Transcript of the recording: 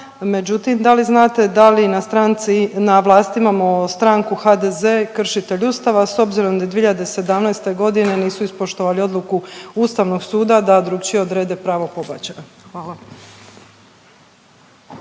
međutim da li znate da li stranci, na vlasti imamo stranku HDZ kršitelj Ustava s obzirom da 2017. godine nisu ispoštovali odluku Ustavnog suda da drukčije odrede pravo pobačaja. Hvala.